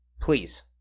Please